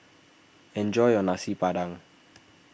enjoy your Nasi Padang